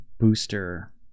booster